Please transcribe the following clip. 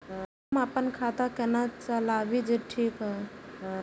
हम अपन खाता केना चलाबी जे ठीक होय?